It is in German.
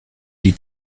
die